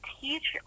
teach